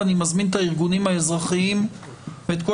ואני מזמין את הארגונים האזרחיים ואת כל